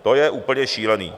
To je úplně šílený.